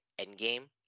Endgame